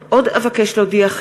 לביא,